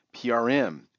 PRM